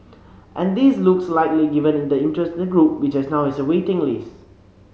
and this looks likely given the interest in the group which now has a waiting list